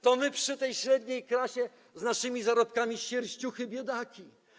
To my przy tej średniej klasie z naszymi zarobkami - sierściuchy, biedaki.